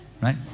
Right